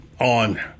on